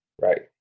Right